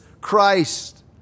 Christ